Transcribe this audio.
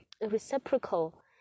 reciprocal